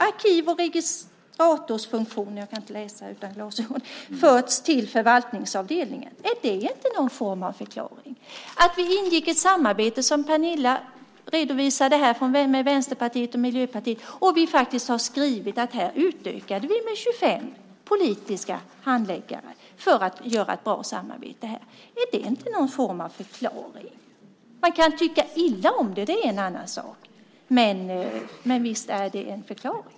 Arkiv och registratorsfunktionen har förts till förvaltningsavdelningen. Är det inte en form av förklaring? Vi ingick ett samarbete med Vänsterpartiet och Miljöpartiet, som Pernilla redovisade, och vi har faktiskt skrivit att här utökade vi med 25 politiska handläggare för att åstadkomma ett bra samarbete. Är det inte en form av förklaring? Man kan tycka illa om det. Det är en annan sak. Men visst är det en förklaring.